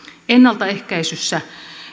ennaltaehkäisyssä